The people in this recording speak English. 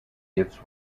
gives